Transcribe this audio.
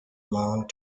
long